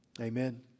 amen